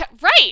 Right